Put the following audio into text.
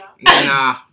Nah